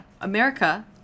America